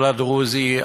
על הדרוזי,